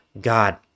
God